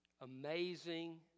amazing